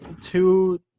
two